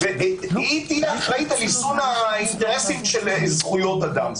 והיא תהיה אחראית על איזון האינטרסים של זכויות אדם.